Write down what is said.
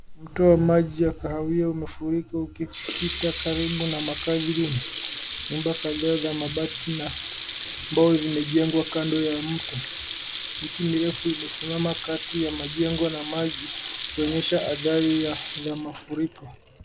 Mto wa maji ya kahawia umefurika ukipita karibu na makazi duni. Nyumba kadhaa za mabati na mbao zimejengwa kando ya mto. Miti mirefu imesimama kati ya majengo na maji ikionyesha athari za mafuriko .